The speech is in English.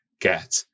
get